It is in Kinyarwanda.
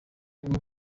bwo